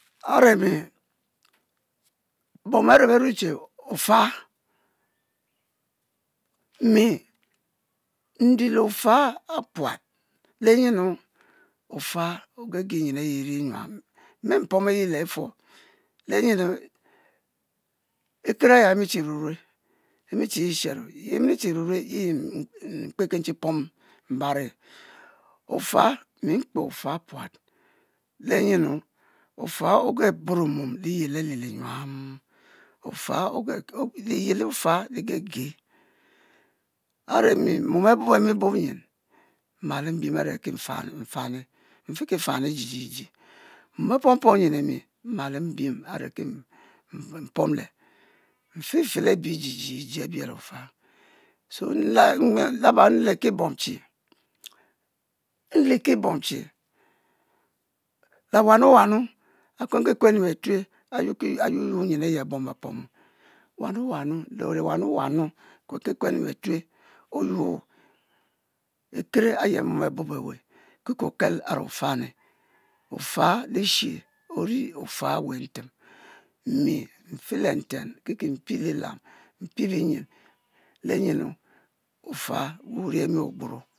A're mi, bom a're berue che-ofa mi nri le-ofa puat lenyenu? ofo ogege nyen ayi iri nyuam, mmi pom e-yi le efuo le-nyenu? etere aya emichi shishero he-emicherurue yi mkpe nchi pom mbaro eyi, ofa mi nkpe ofa puat lenyenu? ofa oge-buro liyel alilinyuam, o'fa liye ali le-o'fo ligege, a're mi mon abube mi bab nyen, mmal mbiem a're je nfane, nfane nfeki fene jijiji, mom apompom nyem lemi, mmal mbiem a're ke mpom le, nfefe le bi jijiji abie le-o'fa, so nle nle laba nleki bom che lewa nuwanu akuen-ki kuenu betue oyuo ekere ayi mom abobo ewe. ki ke okel a're o'fane, o'fa lishe ori ofa awu ntem, mi nfe le ntem kike mpie lilam mpie be nyen lenyenu? o'fa ori emi ogburo.